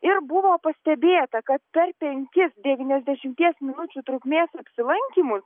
ir buvo pastebėta kad per penkis devyniasdešimies minučių trukmės apsilankymus